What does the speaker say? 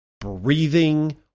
breathing